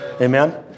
Amen